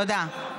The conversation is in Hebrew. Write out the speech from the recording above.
תודה.